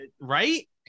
right